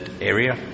area